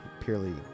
purely